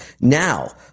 Now